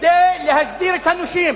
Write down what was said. כדי להסדיר את הנושים.